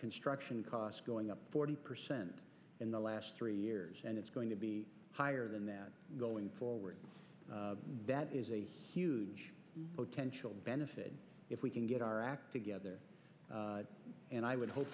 construction costs going up forty percent in the last three years and it's going to be higher than that going forward that is a huge potential benefit if we can get our act together and i would